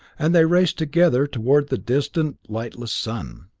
and they raced together toward the distant lightless sun.